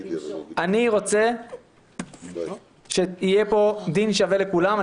אני רוצה שהיה פה דין שווה לכולם.